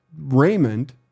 Raymond